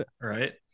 right